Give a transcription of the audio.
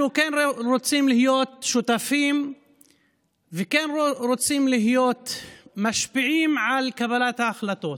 אנחנו כן רוצים להיות שותפים וכן רוצים להיות משפיעים על קבלת ההחלטות.